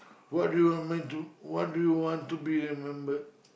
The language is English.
what do you meant to what do you want to be remembered